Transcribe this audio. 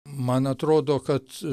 man atrodo kad